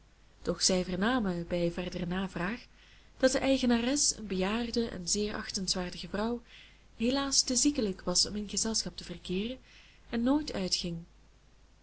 doch zij vernamen bij verdere navraag dat de eigenares een bejaarde en zeer achtenswaardige vrouw helaas te ziekelijk was om in gezelschap te verkeeren en nooit uitging